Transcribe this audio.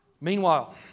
Meanwhile